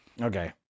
okay